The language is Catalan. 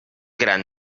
gran